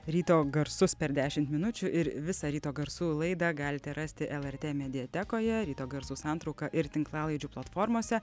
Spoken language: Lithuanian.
ryto garsus per dešimt minučių ir visą ryto garsų laidą galite rasti lrt mediatekoje ryto garsų santrauką ir tinklalaidžių platformose